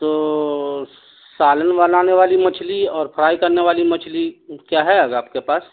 تو سالن بنانے والی مچھلی اور فرائی کرنے والی مچھلی کیا ہے آج آپ کے پاس